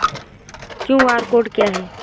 QR code क्या है?